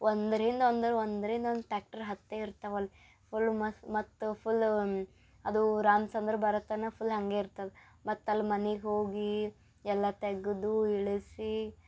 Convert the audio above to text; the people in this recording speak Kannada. ಒಂದರಿಂದ ಒಂದರು ಒಂದರಿಂದ ಒಂದು ಟ್ಯಾಕ್ಟ್ರು ಹತ್ತಿ ಇರ್ತವಲ್ಲ ಒಳ್ ಮತ್ತು ಮತ್ತು ಫುಲ್ಲೂ ಅದು ರಾಮಸಂದ್ರ ಬರೋ ತನಕ ಫುಲ್ ಹಾಗೆ ಇರ್ತದೆ ಮತ್ತೆ ಅಲ್ಲಿ ಮನೆಗೆ ಹೋಗಿ ಎಲ್ಲ ತೆಗೆದು ಇಳಿಸಿ